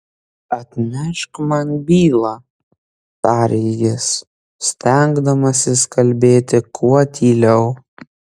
atnešk man bylą tarė jis stengdamasis kalbėti kuo tyliau